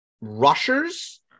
rushers